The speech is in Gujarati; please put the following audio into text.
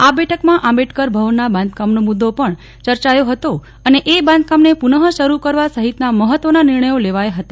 આ બેઠકમાં આંબેડકર ભવનના બાંધકામનો મુદ્દો પણ ચર્ચાયો હતો અને એ બાંધકામને પુનઃ શરૂ કરવા સહિતના મહત્વના નિર્ણયો લેવાયા હતા